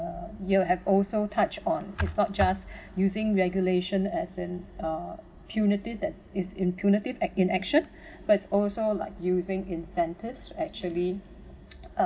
uh you have also touched on it's not just using regulation as in uh punitive that is in punitive act~ in action but it's also like using incentives actually